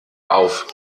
auf